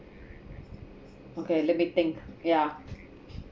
okay let me think ya